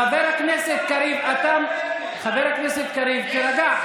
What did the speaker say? חבר הכנסת קריב, אתה, חבר הכנסת קריב, תירגע.